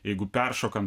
jeigu peršokant